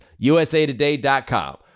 usatoday.com